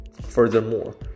Furthermore